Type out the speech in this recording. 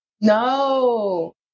No